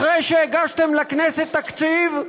אחרי שהגשתם לכנסת תקציב,